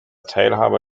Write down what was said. teilhaber